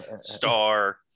star